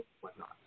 whatnot